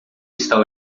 está